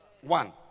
One